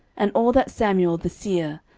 and all that samuel the seer,